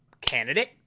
candidate